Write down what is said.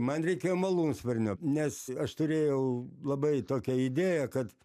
man reikėjo malūnsparnio nes aš turėjau labai tokią idėją kad